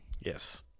yes